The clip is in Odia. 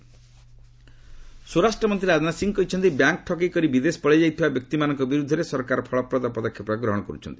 ରାଜନାଥ କାନ୍ପୁର ସ୍ୱରାଷ୍ଟ୍ରମନ୍ତ୍ରୀ ରାଜନାଥ ସିଂହ କହିଛନ୍ତି ବ୍ୟାଙ୍କ୍ ଠକେଇ କରି ବିଦେଶ ପଳାଇଯାଇଥିବା ବ୍ୟକ୍ତିମାନଙ୍କ ବିର୍ଦ୍ଧରେ ସରକାର ଫଳପ୍ରଦ ପଦକ୍ଷେପ ଗ୍ରହଣ କର୍ରଛନ୍ତି